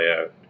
out